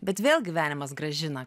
bet vėl gyvenimas grąžina